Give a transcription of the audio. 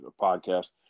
podcast